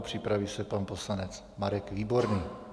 Připraví se pan poslanec Marek Výborný.